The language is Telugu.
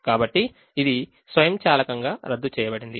కాబట్టి ఇది స్వయంచాలకంగా రద్దు చేయబడింది